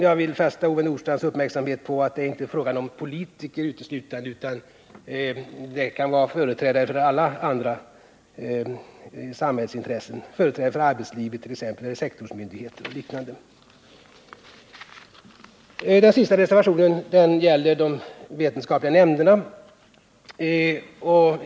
Jag vill fästa Ove Nordstrandhs uppmärksamhet på att det inte är fråga om uteslutande politiker, utan det kan vara fråga om företrädare för alla andra samhällsintressen — företrädare för arbetslivet, sektorsmyndigheter och liknande. Den sista reservationen gäller de vetenskapliga nämnderna.